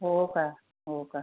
हो का हो का